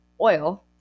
oil